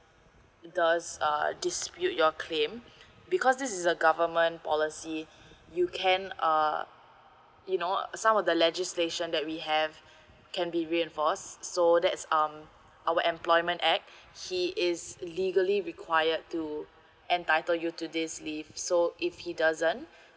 does uh dispute your claim because this is a government policy you can uh you know some of the legislation that we have can be reinforced so that's um our employment act he is legally required to entitle you to this leave so if he doesn't